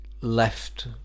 left